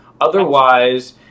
otherwise